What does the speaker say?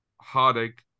heartache